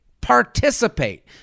participate